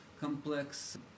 complex